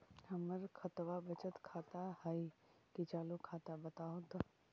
हमर खतबा बचत खाता हइ कि चालु खाता, बताहु तो?